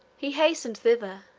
he hastened thither,